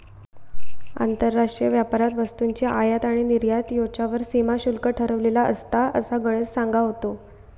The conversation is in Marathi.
आंतरराष्ट्रीय व्यापारात वस्तूंची आयात आणि निर्यात ह्येच्यावर सीमा शुल्क ठरवलेला असता, असा गणेश सांगा होतो